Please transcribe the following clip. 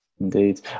indeed